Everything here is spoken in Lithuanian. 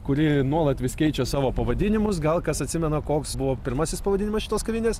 kuri nuolat vis keičia savo pavadinimus gal kas atsimena koks buvo pirmasis pavadinimas šitos kavinės